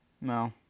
no